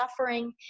suffering